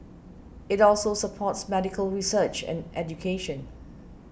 it also supports medical research and education